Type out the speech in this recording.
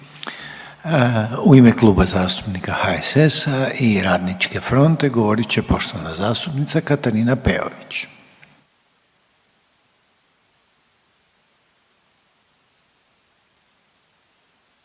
u ime Kluba zastupnika HSS i Radničke fronte, govorit poštovana zastupnica Katarina Peović.